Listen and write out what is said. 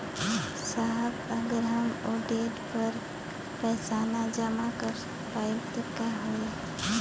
साहब अगर हम ओ देट पर पैसाना जमा कर पाइब त का होइ?